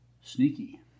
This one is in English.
sneaky